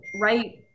right